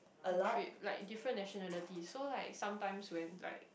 the trip like different nationalities so like sometimes when like